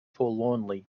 forlornly